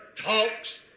talks